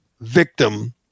victim